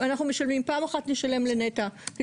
זה הביטוי של הנימוקים